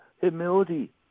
humility